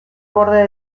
borde